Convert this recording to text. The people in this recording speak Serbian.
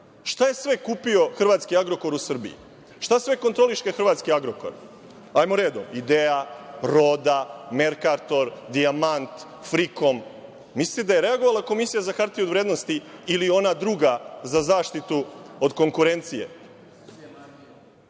je sve kupio hrvatski „Agrokor“ u Srbiji? Šta sve kontroliše hrvatski „Agrokor“? Hajmo redom – „Ideja“, „Roda“, „Merkator“, „Dijamant“, „Frikom“. Mislite da je reagovala Komisija za hartije od vrednosti ili ona druga za zaštitu od konkurencije?